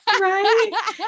right